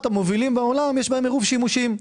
המובילים בעולם יש בהם עירוב שימושים.